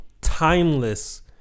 timeless